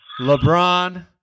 LeBron